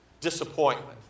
disappointment